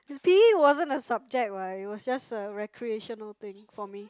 p_e wasn't a subject what it was just a recreational thing for me